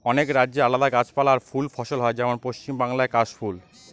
অনেক রাজ্যে আলাদা গাছপালা আর ফুল ফসল হয় যেমন পশ্চিম বাংলায় কাশ ফুল